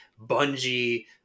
Bungie